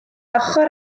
ochr